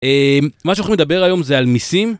מה שאנו הולכים לדבר היום זה על מיסים.